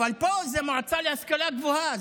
אבל פה זאת מועצה להשכלה גבוהה,